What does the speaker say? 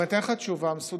אבל אני נותן לך תשובה מסודרת.